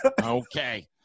Okay